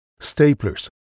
staplers